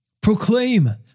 Proclaim